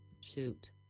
shoot